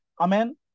Amen